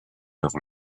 leurs